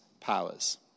powers